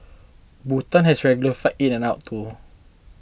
Bhutan has regular flights in and out too